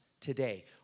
today